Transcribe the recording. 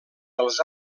dels